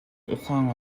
ухаан